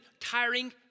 tiring